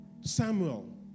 Samuel